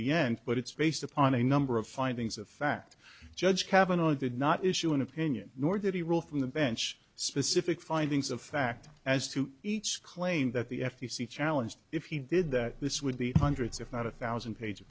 the end but it's based upon a number of findings of fact judge kavanaugh did not issue an opinion nor did he rule from the bench specific findings of fact as to each claim that the f t c challenge if he did that this would be hundreds if not a thousand pages